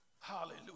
Hallelujah